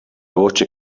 voce